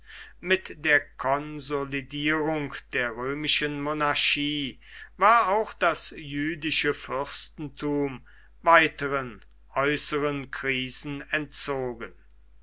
mit der konsolidierung der römischen monarchie war auch das jüdische fürstentum weiteren äußeren krisen entzogen